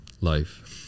life